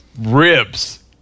ribs